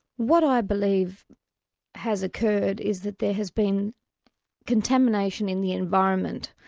what i believe has occurred is that there has been contamination in the environment.